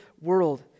world